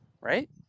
Right